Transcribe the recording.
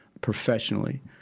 professionally